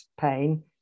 pain